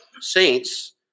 saints